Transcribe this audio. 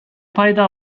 пайда